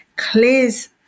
clears